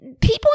people